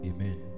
Amen